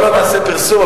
בואו לא נעשה פרסום,